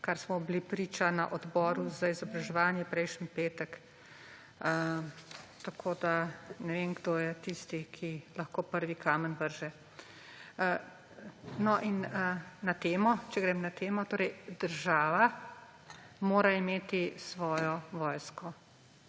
kar smo bili priča na odboru za izobraževanje prejšnji petek. Ne vem, kdo je tisti, ki lahko prvi kamen vrže. Če grem na temo. Država mora imeti svojo vojsko.